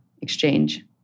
exchange